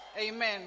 Amen